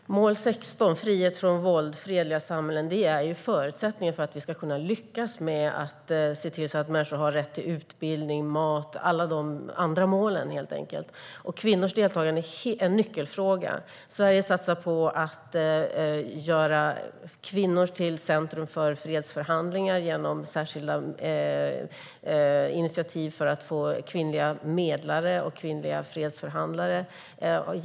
Herr talman! Mål 16 handlar om frihet från våld och fredliga samhällen. Det är förutsättningar för att vi ska kunna lyckas med att se till att människor har rätt till utbildning, mat och alla andra mål. Kvinnors deltagande är en nyckelfråga. Sverige satsar på att göra kvinnor centrala i fredsförhandlingar genom särskilda initiativ för att få kvinnliga medlare och fredsförhandlare.